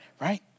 right